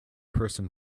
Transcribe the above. person